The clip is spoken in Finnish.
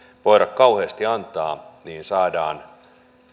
voida kauheasti antaa niin saadaan